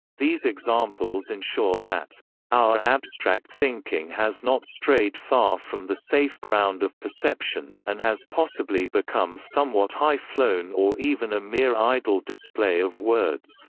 these examples ensure that our abstract thinking has not strayed far from the safe ground of perception, and has possibly become somewhat high-flown or even a mere idle display of words.